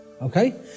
okay